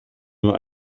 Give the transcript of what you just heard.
nur